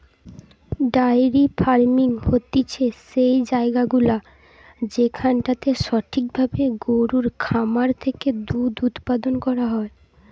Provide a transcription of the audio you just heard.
diary farming হতিছে সেই জায়গাগুলা যেখানটাতে সঠিক ভাবে গরুর খামার থেকে দুধ উপাদান করা হয়